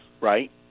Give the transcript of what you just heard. right